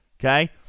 Okay